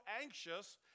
anxious